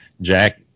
Jack